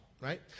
right